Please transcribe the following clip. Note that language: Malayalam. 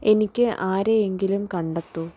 എനിക്ക് ആരെയെങ്കിലും കണ്ടെത്തൂ